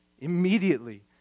Immediately